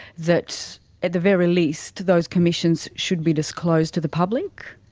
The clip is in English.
that at the very least those commissions should be disclosed to the public?